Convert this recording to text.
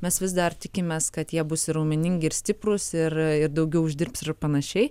mes vis dar tikimės kad jie bus ir raumeningi ir stiprūs ir ir daugiau uždirbs ir panašiai